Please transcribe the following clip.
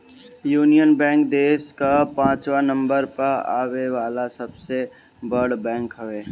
union Bank देस कअ पाचवा नंबर पअ आवे वाला सबसे बड़ बैंक हवे